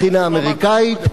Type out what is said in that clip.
בחינה אמריקנית,